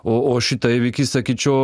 o o šitą įvykį sakyčiau